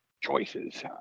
choices